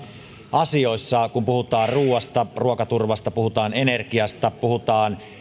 asioissa kun puhutaan ruoasta ruokaturvasta puhutaan energiasta puhutaan